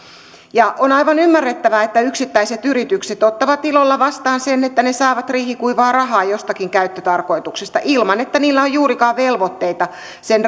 on aivan ymmärrettävää että yksittäiset yritykset ottavat ilolla vastaan sen että ne saavat riihikuivaa rahaa jostakin käyttötarkoituksesta ilman että niillä on juurikaan velvoitteita